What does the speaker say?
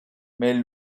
may